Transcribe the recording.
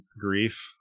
grief